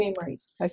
memories